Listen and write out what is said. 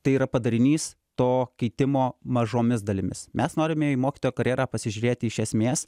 tai yra padarinys to kitimo mažomis dalimis mes norime į mokytojo karjerą pasižiūrėti iš esmės